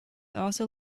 also